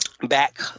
back